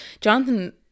Jonathan